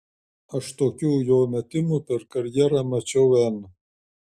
aš tokių jo metimų per karjerą mačiau n